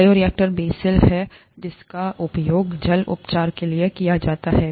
bioreactor basal हैं जिनका उपयोग जल उपचार के लिए किया जाता है